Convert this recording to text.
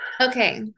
Okay